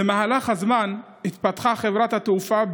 במהלך הזמן התפתחה חברת התעופה,